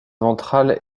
ventrale